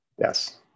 Yes